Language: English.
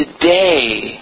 today